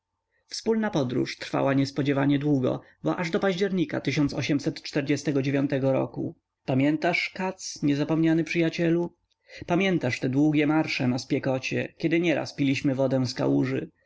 wspólna podróż trwała niespodziewanie długo bo aż do października roku pamiętasz katz niezapomniany przyjacielu pamiętasz te długie marsze na spiekocie kiedy nieraz piliśmy wodę z kałuży